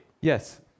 Yes